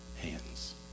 hands